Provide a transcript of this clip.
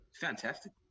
Fantastic